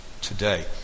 today